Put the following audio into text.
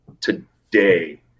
today